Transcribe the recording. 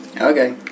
Okay